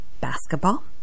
Basketball